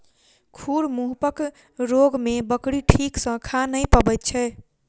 खुर मुँहपक रोग मे बकरी ठीक सॅ खा नै पबैत छै